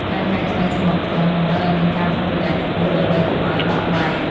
ការកែច្នៃសំបកខ្យងតម្រូវឱ្យមានការប្រុងប្រយ័ត្នខ្ពស់ ដើម្បីកុំឱ្យបាក់បែក។